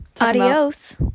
Adios